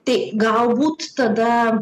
tai galbūt tada